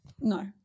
No